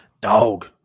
Dog